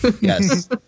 Yes